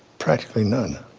practically none.